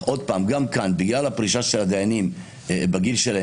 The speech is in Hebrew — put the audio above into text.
גם כאן בגלל הפרישה של הדיינים בגיל מבוגר,